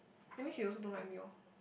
that means he also don't like me lor